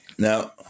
Now